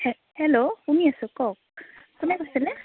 hello শুনি আছোঁ কওক কোনে কৈছিলে